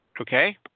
Okay